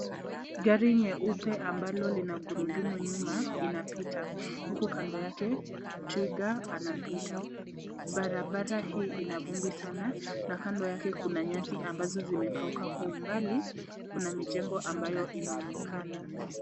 Gari nyeupe ambalo lina gurudumu nyuma inapita, huku kando yake twiga anapita. Barabara hii ina vumbi sana na kando yake kuna nyasi ambazo zimekauka. Kwa umbali kuna mijengo ambayo inaonekana.